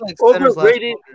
Overrated